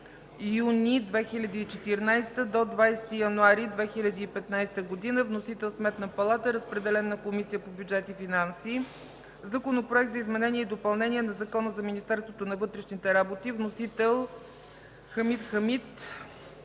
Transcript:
юни 2014 г. до 20 януари 2015 г. Вносител – Сметната палата. Разпределен е на Комисията по бюджет и финанси. Законопроект за изменение и допълнение на Закона за Министерството на вътрешните работи. Вносители – Хамид Хамид,